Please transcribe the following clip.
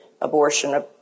abortion